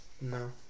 No